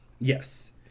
Yes